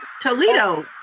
Toledo